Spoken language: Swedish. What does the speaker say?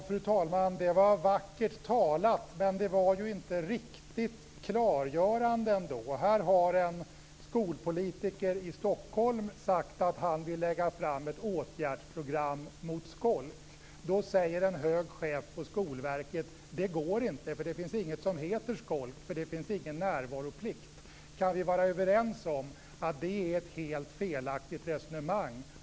Fru talman! Det var vackert talat, men det var ju inte riktigt klargörande ändå. Här har en skolpolitiker i Stockholm sagt att han vill lägga fram ett åtgärdsprogram mot skolk. Då säger en hög chef på Skolverket: Det går inte. Det finns inget som heter skolk, för det finns ingen närvaroplikt. Kan vi vara överens om att det är ett helt felaktigt resonemang?